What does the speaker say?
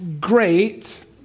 great